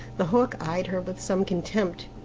the hawk eyed her with some contempt.